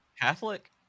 catholic